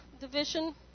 division